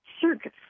circus